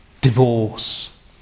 divorce